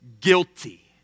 guilty